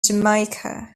jamaica